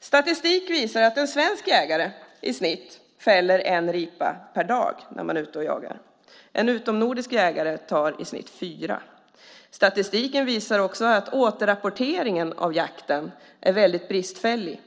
Statistik visar att en svensk jägare i snitt fäller en ripa per dag när man är ute och jagar, och en utomnordisk jägare tar i snitt fyra. Statistiken visar också att återrapporteringen av jakten är väldigt bristfällig.